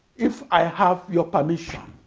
if i have your permission